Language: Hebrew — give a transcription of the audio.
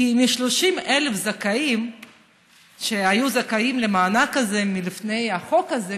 כי מ-30,000 זכאים שהיו זכאים למענק הזה לפני החוק הזה,